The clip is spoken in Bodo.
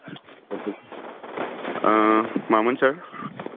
मामोन सार